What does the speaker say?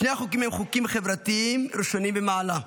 שני החוקים הם חוקים חברתיים ראשונים במעלה.